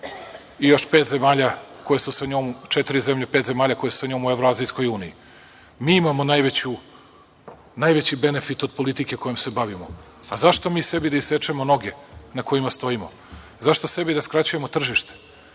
EU plus region, plus Rusija i još pet zemalja koje su sa njom u evroazijskoj uniji. Mi imamo najveći benefit od politike kojom se bavimo. Zašto mi sebi da isečemo noge na kojima stojimo? Zašto sebi da skraćujemo tržište?